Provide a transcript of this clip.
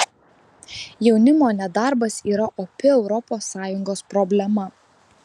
jaunimo nedarbas yra opi europos sąjungos problema